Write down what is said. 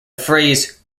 phrase